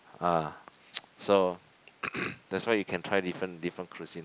ah so that's why you can try different different cuisine